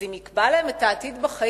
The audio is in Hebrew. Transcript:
אז אם הוא יקבע להם את העתיד בחיים,